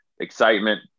excitement